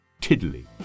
tiddly